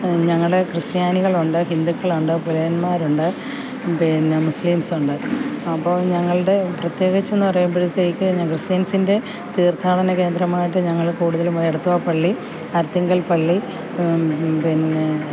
ഞങ്ങളെ ക്രിസ്ത്യാനികളുണ്ട് ഹിന്ദുക്കളുണ്ട് പുലയന്മാരുണ്ട് പിന്നെ മുസ്ലിംസുണ്ട് അപ്പോൾ ഞങ്ങളുടെ പ്രത്യേകിച്ച് എന്നു പറയുമ്പോഴേക്കും ക്രിസ്ത്യൻസിൻ്റെ തീർത്ഥാടന കേന്ദ്രമായിട്ട് ഞങ്ങൾ കൂടുതലും എടത്വാ പള്ളി ഹരിത്തിങ്ങൾ പള്ളി പിന്നെ